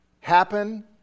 happen